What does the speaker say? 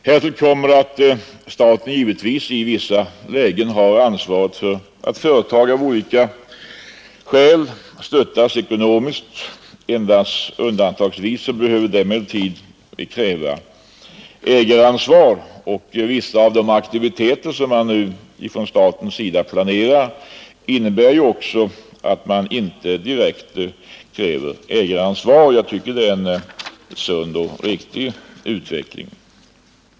Därtill kommer att staten givetvis i vissa lägen har ansvaret för att företag av olika skäl stöttas ekonomiskt. Endast undantagsvis behöver det emellertid kräva ägaransvar, och vissa av de aktiviteter som nu ifrån statens sida planeras innebär ju också att man inte direkt kräver ägaransvar. Jag tycker att det är en sund och riktig utveckling.